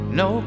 no